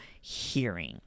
hearing